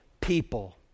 people